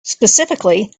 specifically